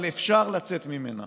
אבל אפשר לצאת ממנה.